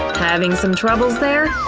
having some trouble there?